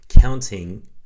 counting